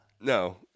No